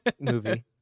movie